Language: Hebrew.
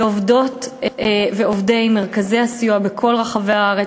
לעובדות ועובדי מרכזי הסיוע בכל רחבי הארץ,